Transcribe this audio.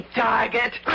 target